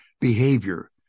behavior